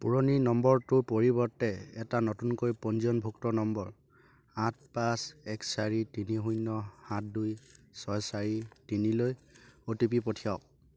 পুৰণি নম্বৰটোৰ পৰিৱৰ্তে এটা নতুনকৈ পঞ্জীয়নভুক্ত নম্বৰ আঠ পাঁচ এক চাৰি তিনি শূন্য় সাত দুই ছয় চাৰি তিনিলৈ অ' টি পি পঠিয়াওক